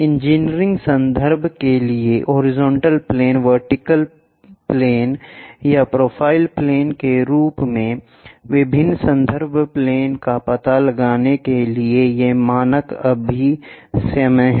engineering संदर्भ के लिए हॉरिजॉन्टल प्लेन वर्टिकल प्लेन पक्ष या प्रोफ़ाइल प्लेन के रूप में विभिन्न संदर्भ प्लेन का पता लगाने के लिए ये मानक अभिसमय हैं